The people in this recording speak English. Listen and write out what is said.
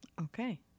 Okay